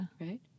Right